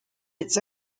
its